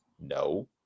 no